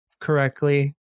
correctly